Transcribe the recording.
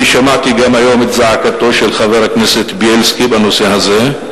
שמעתי גם היום את זעקתו של חבר הכנסת בילסקי בנושא הזה,